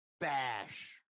bash